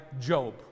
Job